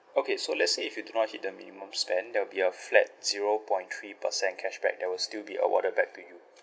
okay so let's say if you do not hit the minimum spend there'll be a flat zero point three percent cashback that will still be awarded back to you